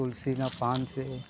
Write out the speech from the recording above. તુલસીનાં પાંદ છે